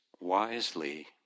wisely